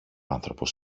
άνθρωπος